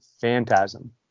Phantasm